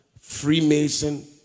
Freemason